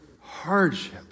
hardship